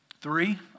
Three